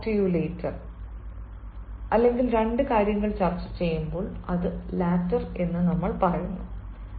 I will talk to you later I'll talk to you later അല്ലെങ്കിൽ രണ്ട് കാര്യങ്ങൾ ചർച്ചചെയ്യുമ്പോൾ അത് ലാറ്റെർ എന്ന് നമ്മൾ പറയുന്നു